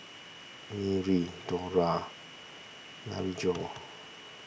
Merri Dora Maryjo